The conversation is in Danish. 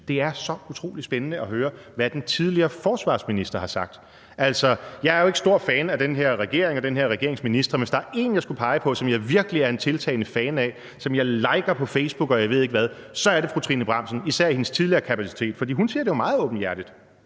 det er så utrolig spændende at høre, hvad den tidligere forsvarsminister har sagt. Jeg er jo ikke stor fan af den her regering og den her regerings ministre, men hvis der er en, jeg skulle pege på, som jeg virkelig er en tiltagende fan af, og som jeg liker på Facebook, og jeg ved ikke hvad, så er det fru Trine Bramsen, især i hendes tidligere kapacitet. For hun siger det jo meget åbenhjertigt.